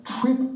trip